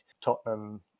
Tottenham